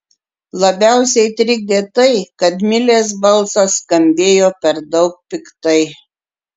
labiausiai trikdė tai kad milės balsas skambėjo per daug piktai